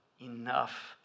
enough